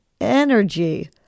energy